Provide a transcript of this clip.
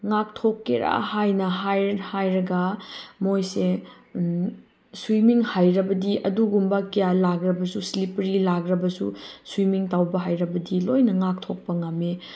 ꯉꯥꯛꯊꯣꯛꯀꯦꯔ ꯍꯥꯏꯅ ꯍꯥꯏꯔꯒ ꯃꯣꯏꯁꯦ ꯁ꯭ꯋꯤꯃꯤꯡ ꯍꯩꯔꯕꯗꯤ ꯑꯗꯨꯒꯨꯝꯕ ꯀꯌꯥ ꯂꯥꯛꯂꯕꯁꯨ ꯁ꯭ꯂꯤꯄꯔꯤ ꯂꯥꯛꯂꯕꯁꯨ ꯁ꯭ꯋꯤꯃꯤꯡ ꯇꯧꯕ ꯍꯩꯔꯕꯗꯤ ꯂꯣꯏꯅ ꯉꯥꯛꯊꯣꯛꯄ ꯉꯝꯃꯤ